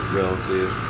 relative